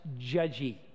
judgy